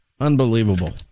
Unbelievable